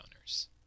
owners